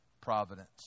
providence